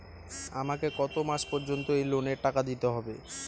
আমাকে কত মাস পর্যন্ত এই লোনের টাকা দিতে হবে?